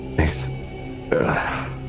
Thanks